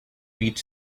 beach